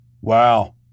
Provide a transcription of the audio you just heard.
Wow